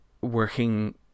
working